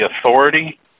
authority